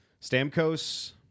Stamkos